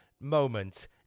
moment